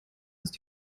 ist